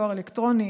דואר אלקטרוני,